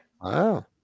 Wow